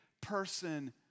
person